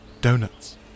donuts